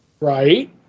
Right